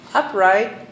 upright